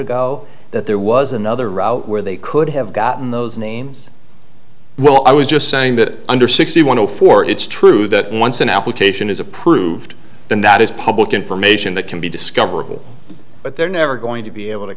ago that there was another route where they could have gotten those names well i was just saying that under sixty one zero four it's true that once an application is approved then that is public information that can be discoverable but they're never going to be able to